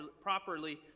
properly